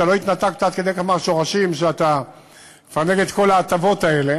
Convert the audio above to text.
שאתה לא התנתקת עד כדי כך מהשורשים שאתה מסנן את כל ההטבות האלה,